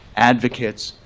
advocates,